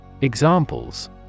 Examples